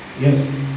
Yes